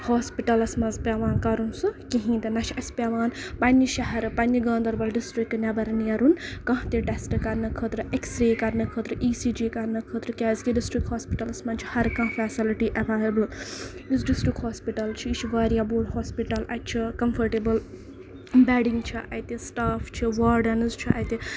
ہوسپِٹلَس منٛز پیوان کرُن سُہ کِہینۍ تہِ نہ چھُ اَسہِ پیوان پَنٕنہِ شہرٕ پَنٕنہِ پَنٕنہِ گاندربل ڈِسٹرک نیبر نیرُن کانہہ تہِ ٹیسٹ کرنہٕ خٲطرٕ اٮ۪کٔسرے کرنہٕ خٲطرٕ ای سی جی کرنہٕ خٲطرٕ کیازِ کہِ ڈسٹرک ہوسپِٹلَس منٛز چھِ ہر کانہہ فیسَلٹی ایویلیبٔل یُس ڈِسٹرک ہوسپِٹل چھُ یہِ چھُ واریاہ بوٚڑ ہوسپِٹل اَتہِ چھُ کَمفٲرٹیبَل بیڈِنگ چھےٚ اَتہِ سٔٹاف چھُ واڈنز چھُ اَتہِ